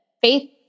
Faith